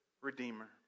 redeemer